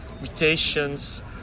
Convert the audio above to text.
mutations